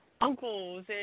uncles